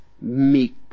meek